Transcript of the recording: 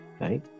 right